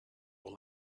were